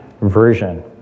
version